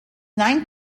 nine